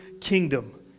kingdom